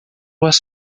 was